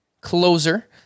closer